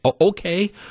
Okay